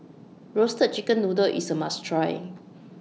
Roasted Chicken Noodle IS A must Try